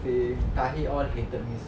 the tiny all interviews